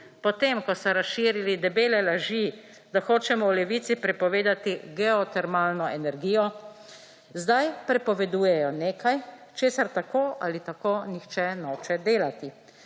potem ko so razširili debele laži, da hočemo v Levici prepovedati geotermalno energijo sedaj prepovedujejo nekaj česar tako ali tako nihče noče delati.